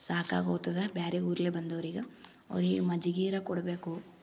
ಸಾಕಾಗಿ ಹೋಗ್ತದ ಬೇರೆ ಊರಲ್ಲಿ ಬಂದೋರಿಗೆ ಅವ್ರಿಗೆ ಮಜ್ಜಿಗೀರ ಕೊಡಬೇಕು